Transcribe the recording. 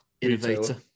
innovator